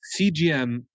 CGM